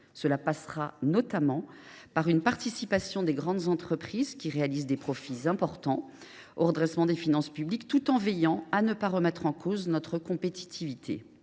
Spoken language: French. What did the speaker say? Cela passera notamment par la participation des grandes entreprises réalisant des profits importants au redressement des finances publiques, tout en veillant à ne pas remettre en cause notre compétitivité.